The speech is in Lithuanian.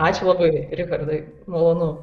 ačiū labai richardai malonu